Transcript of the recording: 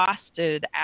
exhausted